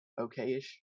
okay-ish